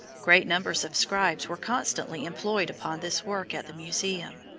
great numbers of scribes were constantly employed upon this work at the museum.